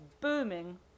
booming